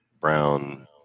brown